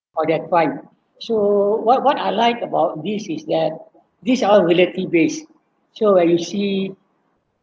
of that fine so what what I liked about this is that these are all reality-based so where you see